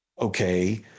Okay